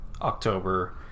October